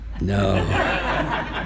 no